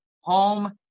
home